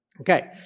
Okay